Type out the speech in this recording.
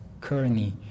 currently